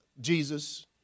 Jesus